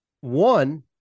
One